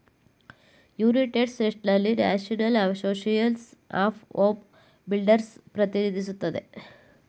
united ಸ್ಟೇಟ್ಸ್ನಲ್ಲಿ national association of home builders ಪ್ರತಿನಿಧಿಸುತ್ತದೆ